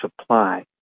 supply